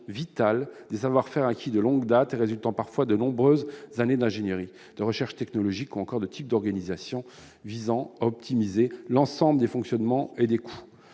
et des savoir-faire acquis de longue date, résultant parfois de nombreuses années d'ingénierie, de recherches technologiques ou de recherches sur les types d'organisation permettant d'optimiser l'ensemble des fonctionnements et des coûts